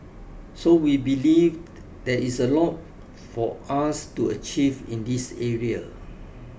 so we believe there is a lot for us to achieve in this area